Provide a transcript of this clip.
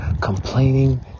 complaining